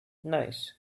nice